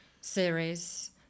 series